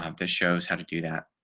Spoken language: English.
um the shows how to do that.